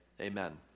amen